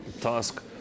task